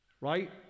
right